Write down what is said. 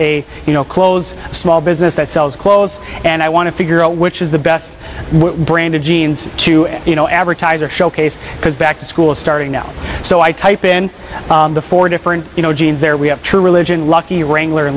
a you know close small business that sells clothes and i want to figure out which is the best jeans to you know advertiser showcase because back to school starting now so i type in the four different you know jeans there we have true religion lucky wrangler